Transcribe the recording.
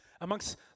Amongst